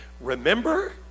remember